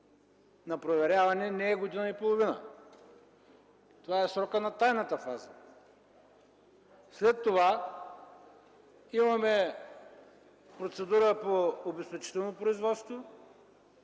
на проверяване не е година и половина. Това е срокът на тайната фаза. След това имаме процедура по обезпечително производство,